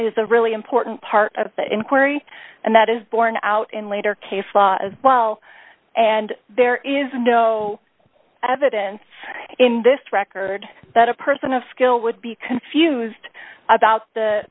is a really important part of the inquiry and that is borne out in later case law as well and there is no evidence in this record that a person of skill would be confused about the